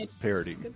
parody